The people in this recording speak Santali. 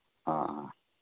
ᱦᱚᱸ